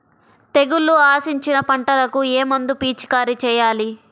తెగుళ్లు ఆశించిన పంటలకు ఏ మందు పిచికారీ చేయాలి?